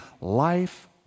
Life